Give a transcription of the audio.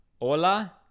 hola